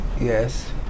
yes